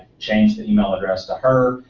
changed the email address to her.